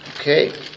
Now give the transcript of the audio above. Okay